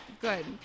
good